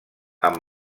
amb